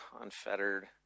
unfettered